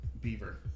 beaver